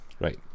Right